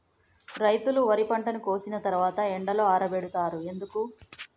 రైతులు వరి పంటను కోసిన తర్వాత ఎండలో ఆరబెడుతరు ఎందుకు?